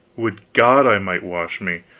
would god i might wash me!